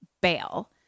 bail